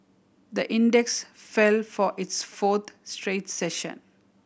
the index fell for its fourth straight session